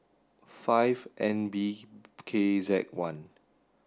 five N B K Z one